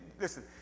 Listen